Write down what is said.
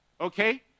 Okay